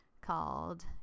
called